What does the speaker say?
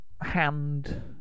hand